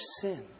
sin